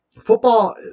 Football